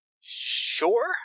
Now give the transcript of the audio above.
Sure